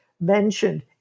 mentioned